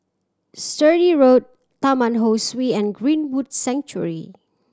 Sturdee Road Taman Ho Swee and Greenwood Sanctuary